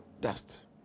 dust